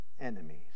enemies